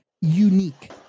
unique